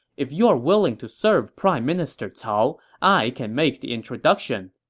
if you are willing to serve prime minister cao, i can make the introduction.